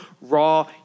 raw